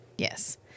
Yes